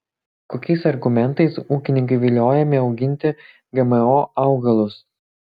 kokiais argumentais ūkininkai viliojami auginti gmo augalus